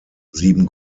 sieben